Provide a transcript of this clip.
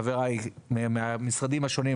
שוחחנו עם החברים מהמשרדים השונים,